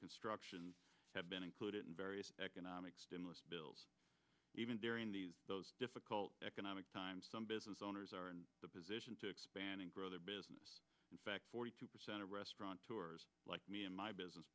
construction have been included in various economic stimulus bills even during these difficult economic times some business owners are in the position to expand and grow their business in fact forty two percent of restaurant like me and my business